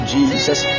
Jesus